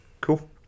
Cool